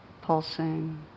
pulsing